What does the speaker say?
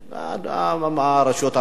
הרשויות הערביות,